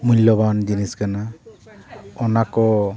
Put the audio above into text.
ᱢᱩᱞᱞᱚᱵᱟᱱ ᱡᱤᱱᱤᱥ ᱠᱟᱱᱟ ᱚᱱᱟ ᱠᱚ